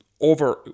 over